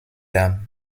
dame